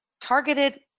targeted